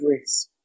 risk